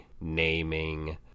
naming